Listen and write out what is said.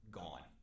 gone